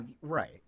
Right